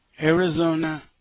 Arizona